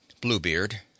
Bluebeard